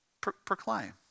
Proclaim